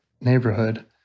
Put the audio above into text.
neighborhood